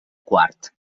quart